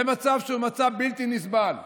זה מצב בלתי נסבל.